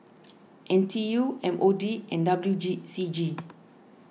N T U M O D and W C G